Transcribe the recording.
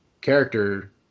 character